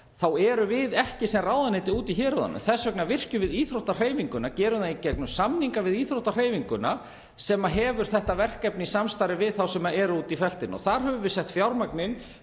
þá erum við ekki sem ráðuneyti úti í héruðunum. Þess vegna virkjum við íþróttahreyfinguna, gerum það í gegnum samninga við hana, sem hefur þetta verkefni í samstarfi við þá sem eru úti í feltinu. Þar höfum við sett fjármagn inn,